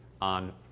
on